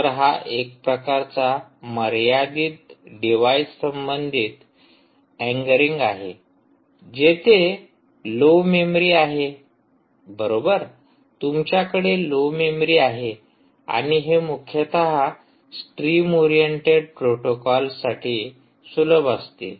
तर हा एक प्रकारचा मर्यादित डिवाइसेस संबंधीत ऐंगरिंग आहे जेथे लो मेमरी आहे बरोबर तुमच्याकडे लो मेमरी आहे आणि हे मुख्यतः स्ट्रीम ओरिएंटेड प्रोटोकॉल्स साठी सुलभ असते